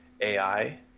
AI